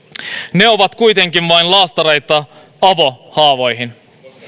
ne ovat kuitenkin vain laastareita avohaavoihin